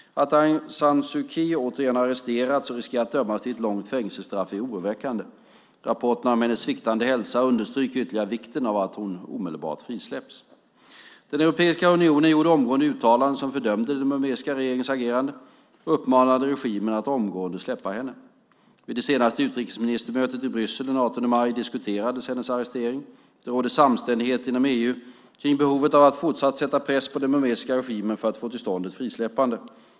Att Aung San Suu Kyi återigen har arresterats och riskerar att dömas till ett långt fängelsestraff är oroväckande. Rapporterna om hennes sviktande hälsa understryker ytterligare vikten av att hon omedelbart frisläpps. Europeiska unionen gjorde omgående uttalanden som fördömde den burmesiska regeringens agerande och uppmanade regimen att omgående släppa Aung San Suu Kyi. Vid det senaste utrikesministermötet i Bryssel den 18 maj diskuterades arresteringen av Aung San Suu Kyi. Det råder samstämmighet inom EU om behovet av att fortsatt sätta press på den burmesiska regimen för att få till stånd ett frisläppande.